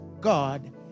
God